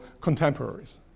contemporaries